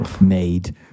made